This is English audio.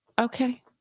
Okay